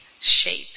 shape